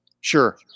Sure